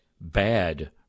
bad